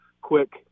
quick